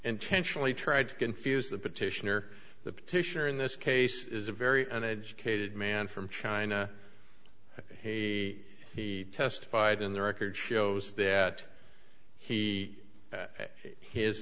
intentionally tried to confuse the petitioner the petitioner in this case is a very an educated man from china a he testified in the record shows that he